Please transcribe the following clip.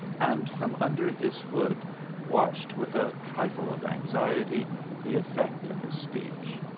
and from under his hood watched with a trifle of anxiety the effect of his speech.